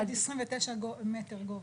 עד 29 מטר גובה.